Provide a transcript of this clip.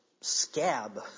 scab